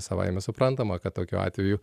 savaime suprantama kad tokiu atveju